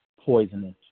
poisonous